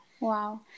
Wow